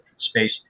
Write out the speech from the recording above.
space